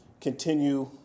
continue